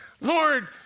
Lord